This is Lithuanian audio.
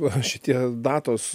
va šitie datos